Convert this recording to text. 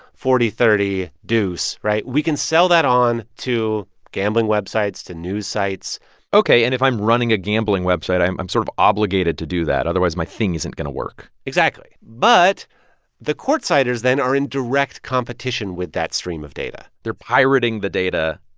forty thirty, deuce, right? we can sell that on to gambling websites, to news sites ok, and if i'm running a gambling website, i'm i'm sort of obligated to do that, otherwise my thing isn't going to work exactly. but the courtsiders then are in direct competition with that stream of data. they're pirating the data,